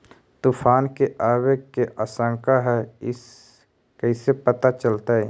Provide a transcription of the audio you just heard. तुफान के आबे के आशंका है इस कैसे पता चलतै?